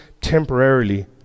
temporarily